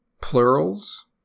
plurals